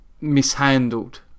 mishandled